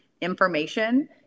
information